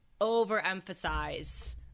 overemphasize